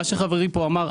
מה שחברי פה אמר,